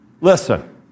Listen